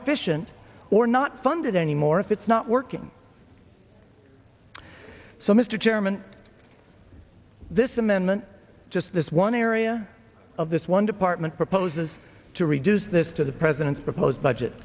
efficient or not funded anymore if it's not working so mr chairman this amendment just this one area of this one department proposes to reduce this to the president's proposed budget